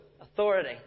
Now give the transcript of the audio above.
authority